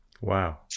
Wow